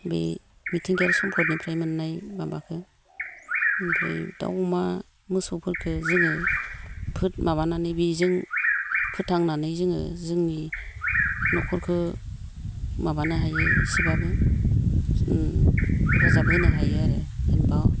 बे मिथिंगायारि सम्फदनिफ्राय मोननाय माबाखो ओमफ्राय दाउ अमा मोसौफोरखो जोङो फोद माबानानै बिजों फोथांनानै जोङो जोंनि न'खरखो माबानो हायो इसेब्लाबो ओम रोजाबहोनो हायो आरो जेनेबा